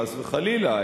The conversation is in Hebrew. חס וחלילה,